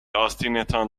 آستینتان